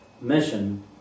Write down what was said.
mission